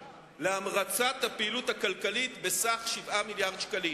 להמרצת הפעילות הכלכלית בסך 7 מיליארדי שקלים.